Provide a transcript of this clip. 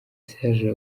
serge